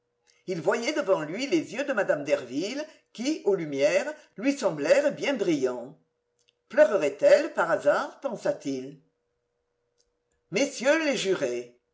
il voyait devant lui les yeux de mme derville qui aux lumières lui semblèrent bien brillants pleurerait elle par hasard pensa-t-il messieurs les jurés